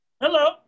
Hello